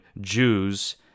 Jews